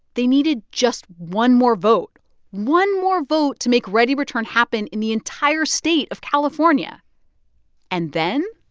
they needed just one more vote one more vote to make readyreturn happen in the entire state of california and then.